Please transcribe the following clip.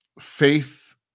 faith